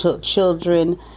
children